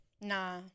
nah